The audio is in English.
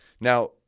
Now